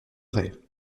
ray